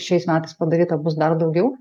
šiais metais padaryta bus dar daugiau